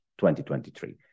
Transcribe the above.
2023